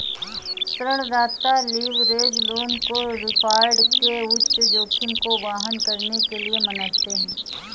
ऋणदाता leverage loan को default के उच्च जोखिम को वहन करने के लिए मानते हैं